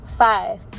Five